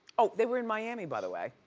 oh, they were in miami, by the way,